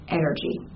energy